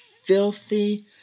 filthy